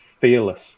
fearless